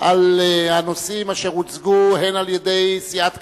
על הנושאים אשר הוצגו, הן על-ידי סיעת קדימה,